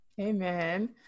Amen